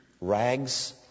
Rags